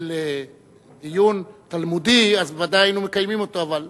של דיון תלמודי אז בוודאי היינו מקיימים אותו, אבל